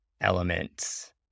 elements